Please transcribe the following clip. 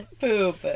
Poop